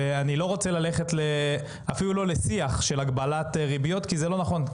אני לא רוצה ללכת אפילו לא לשיח של הגבלת ריביות כי זה לא נכון,